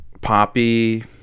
poppy